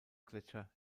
gletscher